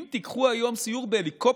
אם תיקחו היום סיור בהליקופטר,